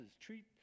treat